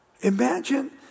Imagine